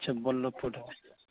ᱟᱪᱪᱷᱟ ᱵᱚᱞᱞᱚᱵᱷᱯᱩᱨ